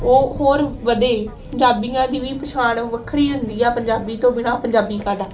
ਉਹ ਹੋਰ ਵਧੇ ਪੰਜਾਬੀਆਂ ਦੀ ਵੀ ਪਛਾਣ ਵੱਖਰੀ ਹੁੰਦੀ ਆ ਪੰਜਾਬੀ ਤੋਂ ਬਿਨਾਂ ਪੰਜਾਬੀ ਕਾਹਦਾ